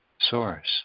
source